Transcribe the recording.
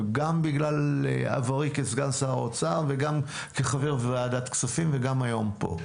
גם בגלל עברי כסגן שר האוצר וגם כחבר ועדת כספים וגם היום פה.